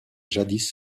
jadis